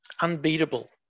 unbeatable